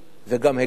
וגם הגיוני.